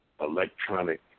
electronic